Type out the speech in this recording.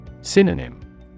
Synonym